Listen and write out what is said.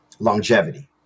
longevity